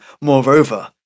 moreover